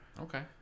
Okay